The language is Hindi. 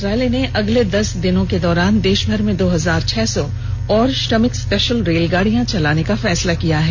भारतीय रेल विभाग ने अगले दस दिन के दौरान देशभर में दो हजार छह सौ और श्रमिक स्पेशल रेलगाड़ियां चलाने का फैसला किया है